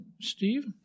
Steve